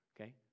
Okay